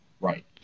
Right